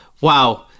Wow